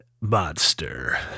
monster